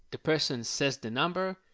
the person says the number,